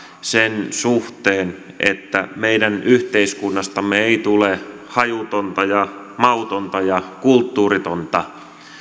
sen suhteen että meidän yhteiskunnastamme ei tule hajutonta ja mautonta ja kulttuuritonta